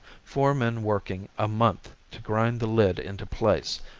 four men working a month to grind the lid into place,